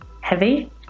heavy